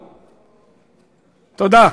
תודה.